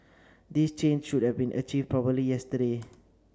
this change should have been achieved probably yesterday